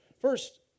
First